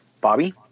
Bobby